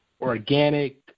organic